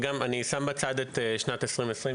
אני שם בצד את שנת 2020,